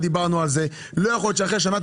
לא יכול להיות שאחרי שנה,